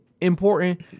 important